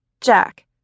Jack